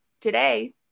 today